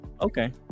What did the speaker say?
Okay